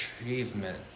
achievement